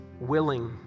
willing